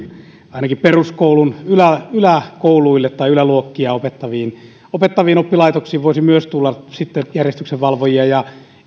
ainakin peruskoulun yläkouluihin tai yläluokkia opettaviin opettaviin oppilaitoksiin voisi myös tulla järjestyksenvalvojia ja